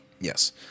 Yes